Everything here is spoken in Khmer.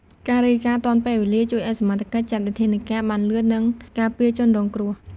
ការរាយការណ៍ទាន់ពេលវេលាជួយឲ្យសមត្ថកិច្ចចាត់វិធានការបានលឿន និងការពារជនរងគ្រោះ។